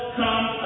come